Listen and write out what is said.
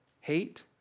hate